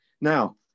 Now